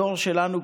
בדור שלנו,